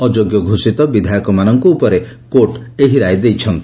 ଅଯୋଗ୍ୟ ଘୋଷିତ ବିଧାୟକମାନଙ୍କ ଉପରେ କୋର୍ଟ ଏହି ରାୟ ଦେଇଛନ୍ତି